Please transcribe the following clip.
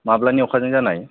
माब्लानि अखाजों जानाय